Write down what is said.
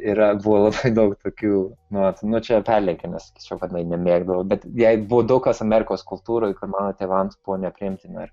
yra buvo labai daug tokių nu vat nu čia perlenkimai sakyčiau kad jianai nemėgdavo bet jai buvo daug kas amerikos kultūroj kad mano tėvams buvo nepriimtina ir